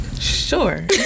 sure